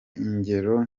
ingero